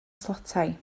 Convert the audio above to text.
tlotai